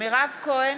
מירב כהן,